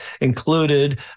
included